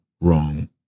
wrong